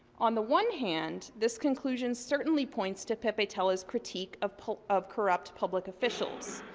on the one hand, this conclusion certainly points to pepetela's critique of of corrupt public officials.